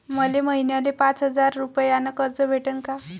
मले महिन्याले पाच हजार रुपयानं कर्ज भेटन का?